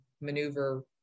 maneuver